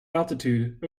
altitude